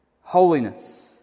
Holiness